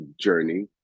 journey